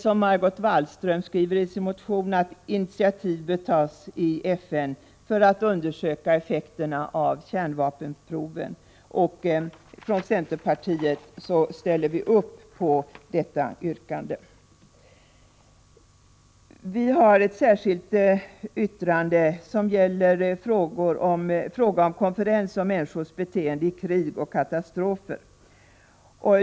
Som Margot Wallström skriver i sin motion bör det tas initiativ i FN för att man skall kunna undersöka effekterna av kärnvapenproven. Från centerpartiet ställer vi upp på detta yrkande. Vi har ett särskilt yttrande som gäller en konferens om människors beteende vid krig och katastrofer.